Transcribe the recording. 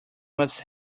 must